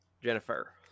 Jennifer